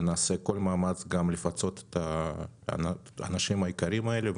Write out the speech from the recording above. ונעשה כל מאמץ גם לפצות את האנשים היקרים האלה,